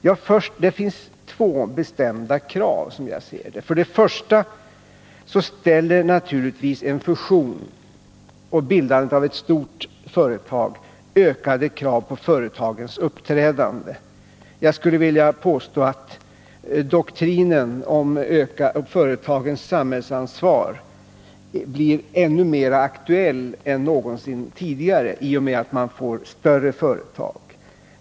I det sammanhanget måste man såvitt jag förstår ställa två bestämda krav. För det första ställer naturligtvis en fusion som innebär bildandet av ett stort företag ökade krav på företagens uppträdande. Jag skulle vilja påstå att doktrinen om företagens samhällsansvar blir ännu mer aktuell än någonsin i och med att man får större företag.